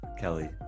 kelly